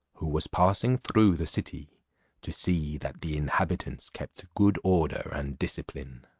who was passing through the city to see that the inhabitants kept good order and discipline.